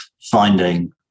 finding